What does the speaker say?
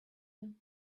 you